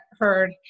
heard